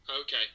Okay